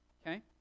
Okay